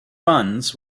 funds